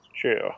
True